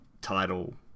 title